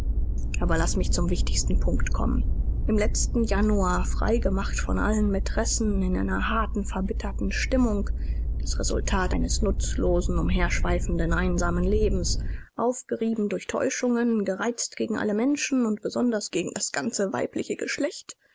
aber laß mich zum wichtigsten punkt kommen im letzten januar frei gemacht von allen maitressen in einer harten verbitterten stimmung das resultat eines nutzlosen umherschweifenden einsamen lebens aufgerieben durch täuschungen gereizt gegen alle menschen und besonders gegen das ganze weibliche geschlecht